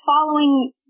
following